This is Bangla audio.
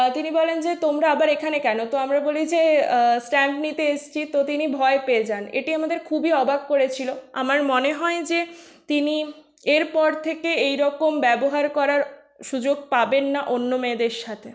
তিনি বলেন যে তোমরা আবার এখানে কেন তো আমরা বলি যে স্ট্যাম্প নিতে এসছি তো তিনি ভয় পেয়ে যান এটি আমাদের খুবই অবাক করেছিলো আমার মনে হয় যে তিনি এরপর থেকে এইরকম ব্যবহার করার সুযোগ পাবেন না অন্য মেয়েদের সাথে